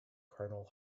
colonel